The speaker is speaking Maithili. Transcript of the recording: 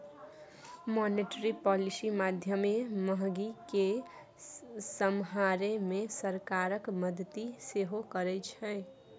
मॉनेटरी पॉलिसी माध्यमे महगी केँ समहारै मे सरकारक मदति सेहो करै छै